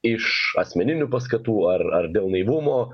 iš asmeninių paskatų ar ar dėl naivumo